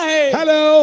Hello